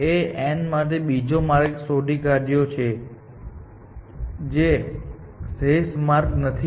આપણે માનીએ છીએ કે A એ n માટે બીજો માર્ગ શોધી કાઢ્યો છે જે શ્રેષ્ઠ માર્ગ નથી